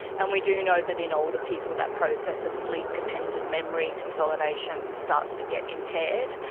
and we do know that in older people that process of sleep dependent memory consolidation starts to get impaired,